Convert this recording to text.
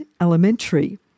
Elementary